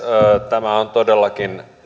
tämä on todellakin